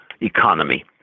economy